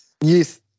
Yes